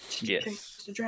Yes